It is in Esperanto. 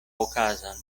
okazon